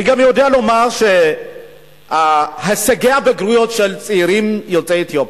אני גם יודע לומר שהישגי הבגרויות של צעירים יוצאי אתיופיה,